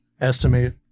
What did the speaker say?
estimate